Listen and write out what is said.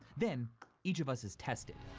then each of us is tested.